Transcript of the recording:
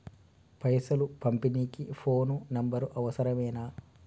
పైసలు పంపనీకి phone number అవసరమేనా?